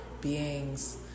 beings